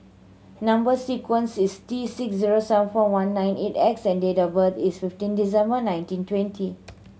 number sequence is T six zero seven four one nine eight X and date of birth is fifteen December nineteen twenty